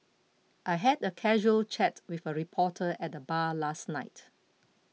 I had a casual chat with a reporter at the bar last night